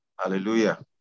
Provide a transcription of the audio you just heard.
Hallelujah